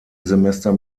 semester